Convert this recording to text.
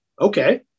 okay